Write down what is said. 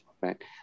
right